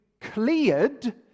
cleared